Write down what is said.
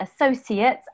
associates